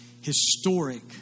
historic